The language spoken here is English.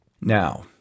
Now